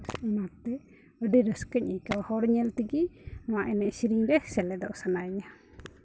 ᱚᱱᱟᱛᱮ ᱟᱹᱰᱤ ᱨᱟᱹᱥᱠᱟᱹᱧ ᱟᱹᱭᱠᱟᱹᱣᱟ ᱦᱚᱲ ᱧᱮᱞ ᱛᱮᱜᱮ ᱱᱚᱣᱟ ᱮᱱᱮᱡ ᱥᱮᱨᱮᱧ ᱨᱮ ᱥᱮᱞᱮᱫᱚᱜ ᱥᱟᱱᱟᱭᱤᱧᱟᱹ